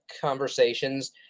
conversations